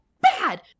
bad